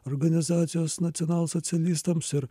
organizacijos nacionalsocialistams ir